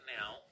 now